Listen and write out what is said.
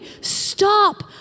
stop